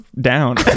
down